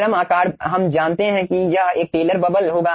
चरम आकार हम जानते हैं कि यह एक टेलर बबल होगा